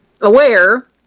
aware